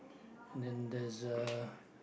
and then there's a